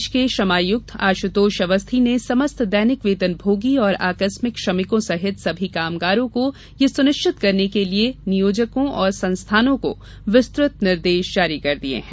प्रदेश के श्रमायुक्त आशुतोष अवस्थी ने समस्त दैनिक वेतन भोगी और आकस्मिक श्रमिकों सहित सभी कामगारों को यह सुविधा देने के लिए नियोजकों और संस्थानों को विस्तृत निर्देश जारी कर दिये हैं